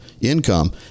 income